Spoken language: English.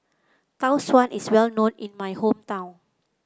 Tau Suan is well known in my hometown